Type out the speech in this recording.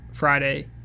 friday